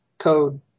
code